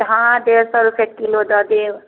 हँ डेढ़ सए रुपए किलो दऽ देब